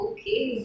Okay